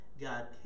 God